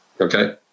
Okay